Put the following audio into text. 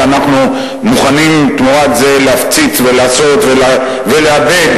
אנחנו מוכנים תמורת זה להפציץ ולעשות ולאבד,